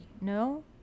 No